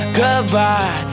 goodbye